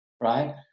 right